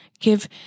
Give